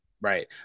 Right